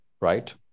right